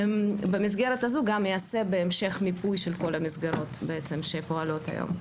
במסגרת הזו גם ייעשה בהמשך מיפוי של כל המסגרות שפועלות היום.